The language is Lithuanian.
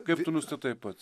kaip tu nustatai pats